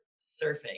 surfing